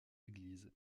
église